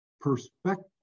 perspective